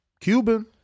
Cuban